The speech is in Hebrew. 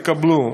יקבלו,